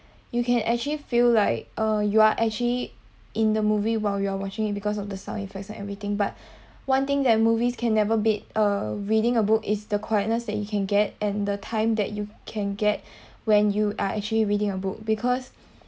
you can actually feel like uh you are actually in the movie while you are watching it because of the sound effects and everything but one thing that movies can never beat uh reading a book is the quietness that you can get and the time that you can get when you are actually reading a book because